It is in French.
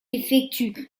effectue